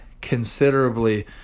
considerably